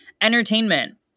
Entertainment